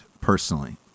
personally